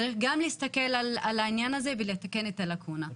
צריך גם להסתכל על העניין הזה ולתקן את הלקונה.